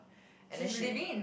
and then she